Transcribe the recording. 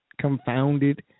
confounded